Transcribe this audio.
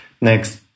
next